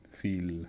feel